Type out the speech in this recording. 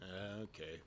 okay